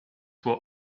were